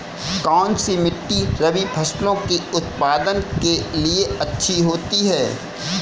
कौनसी मिट्टी रबी फसलों के उत्पादन के लिए अच्छी होती है?